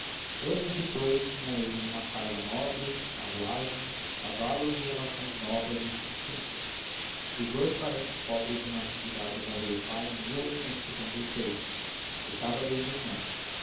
anos depois tinham eles uma casa nobre carruagem cavalos e relações novas e distintas dos dous parentes pobres de natividade morreu o pai em restava-lhe uma irmã